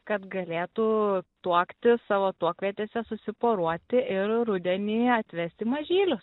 kad galėtų tuoktis savo tuokvietėse susiporuoti ir rudenį atvesti mažylius